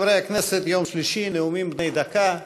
חברי הכנסת, יום שלישי, נאומים בני דקה.